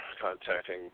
contacting